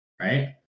right